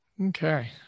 Okay